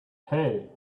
hey